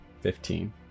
Fifteen